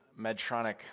Medtronic